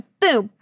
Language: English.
boom